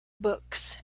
books